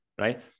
right